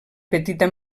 petita